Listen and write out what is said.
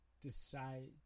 decide